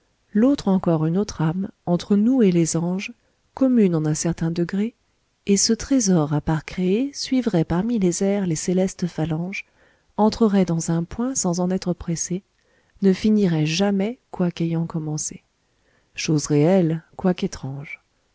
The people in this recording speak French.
l'autre encore une autre âme entre nous les anges commune en un certain degré et ce trésor à part créé suivrait parmi les airs les célestes phalanges entrerait dans un point sans en être pressé ne finirait jamais quoique ayant commencé choses réelles quoique étranges